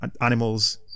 animals